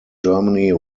germany